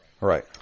Right